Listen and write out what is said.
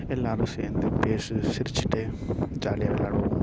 எல்லோரும் சேர்ந்து பேசி சிரிச்சுட்டு ஜாலியாக விளாடுவோம்